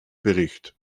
bericht